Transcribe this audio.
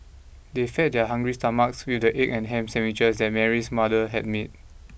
they fed their hungry stomachs with the egg and ham sandwiches that Mary's mother had made